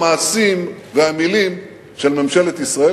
המעשים והמלים של ממשלת ישראל,